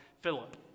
Philip